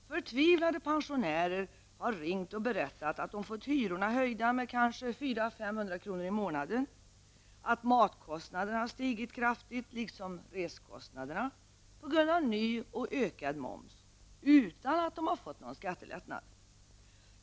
Förtvivlade pensionärer har ringt och berättat att de har fått hyrorna höjda med 400--500 kr. per månad, att matkostnaderna stigit kraftigt liksom resekostnaderna på grund av ny och ökad moms utan att de har fått någon skattelättnad.